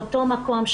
באותו מקום,